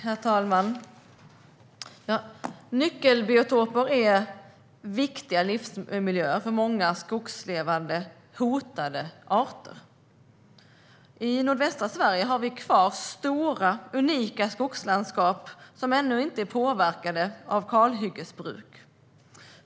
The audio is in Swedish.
Herr talman! Nyckelbiotoper är viktiga livsmiljöer för många skogslevande hotade arter. I nordvästra Sverige har vi kvar stora unika skogslandskap som ännu inte är påverkade av kalhyggesbruk.